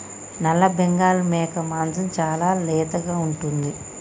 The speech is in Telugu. నల్లబెంగాల్ మేక మాంసం చాలా లేతగా ఉంటుంది